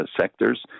sectors